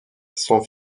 son